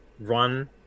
run